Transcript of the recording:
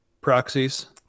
proxies